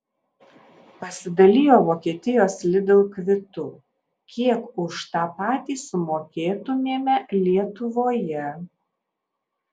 pasidalijo vokietijos lidl kvitu kiek už tą patį sumokėtumėme lietuvoje